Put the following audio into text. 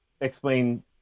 explain